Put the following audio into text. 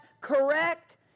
correct